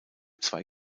zwei